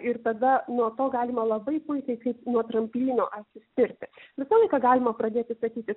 ir tada nuo to galima labai puikiai kaip nuo tramplyno atsispirti visą laiką galima pradėti statyti